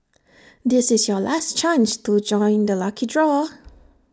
this is your last chance to join the lucky draw